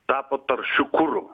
tapo taršiu kuru